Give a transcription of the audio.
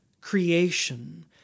creation